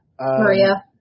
Maria